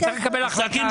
נצטרך לקבל החלטה.